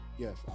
Yes